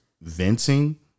venting